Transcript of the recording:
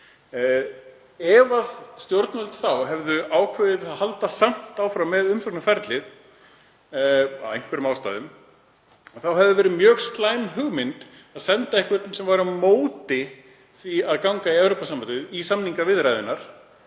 Ef stjórnvöld hefðu ákveðið að halda samt áfram með umsóknarferlið af einhverjum ástæðum hefði verið mjög slæm hugmynd að senda einhvern sem væri á móti því að ganga í Evrópusambandið í samningaviðræðurnar